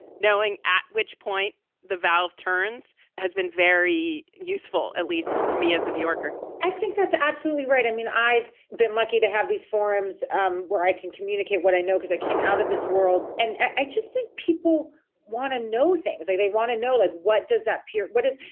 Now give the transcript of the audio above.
knowing at which point the valve turns has been very useful, at least to me as a new yorker i think that's absolutely right. i mean, i've been lucky to have these forums um where i can communicate what i know because i came out of this world and i just think people want to know things they they want to know, like what does that what is?